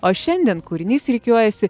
o šiandien kūrinys rikiuojasi